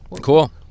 Cool